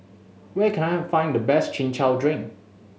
where can I find the best Chin Chow drink